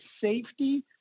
safety